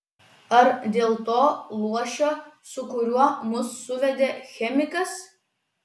ar dėl to luošio su kuriuo mus suvedė chemikas